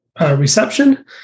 reception